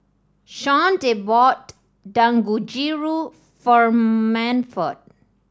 Shawnte bought Dangojiru for Manford